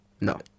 no